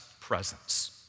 presence